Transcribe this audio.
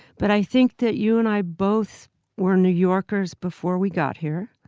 but i think that you and i both were new yorkers before we got here,